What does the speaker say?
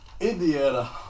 Indiana